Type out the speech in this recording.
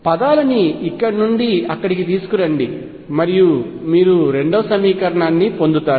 పదాలని ఇక్కడి నుండి అక్కడికి తీసుకురండి మరియు మీరు రెండవ సమీకరణాన్ని పొందుతారు